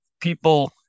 people